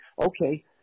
okay